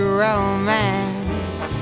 romance